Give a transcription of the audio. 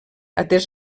atès